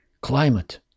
climate